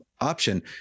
option